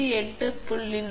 46 மற்றும் 27